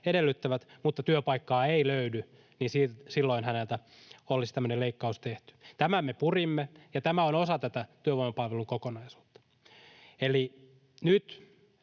edellyttävät, mutta työpaikkaa ei löydy, niin silloin häneltä olisi tämmöinen leikkaus tehty. Tämän me purimme, ja tämä on osa tätä työvoimapalvelukokonaisuutta. Eli nyt